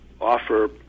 offer